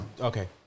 Okay